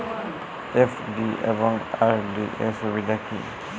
FD এবং RD এর সুবিধা কী?